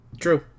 True